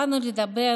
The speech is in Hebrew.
באנו לדבר